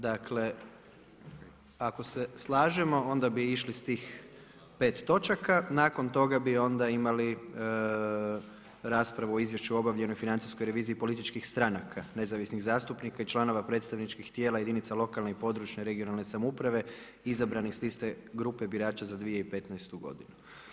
Dakle ako se lažemo onda bi išli s tih pet točaka, nakon toga bi onda imali raspravu o Izvješću o obavljanoj financijskoj reviziji političkih stranaka nezavisnih zastupnika i članova predstavničkih tijela jedinice lokalne (regionalne) i područne samouprave izabranih s liste grupe birača za 2015. godinu.